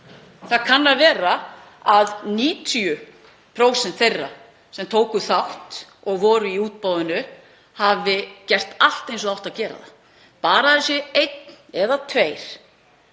Það kann að vera að 90% þeirra sem tóku þátt og voru í útboðinu hafi gert allt eins og átti að gera það. Bara að það séu einn eða tveir